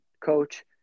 coach